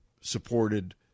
supported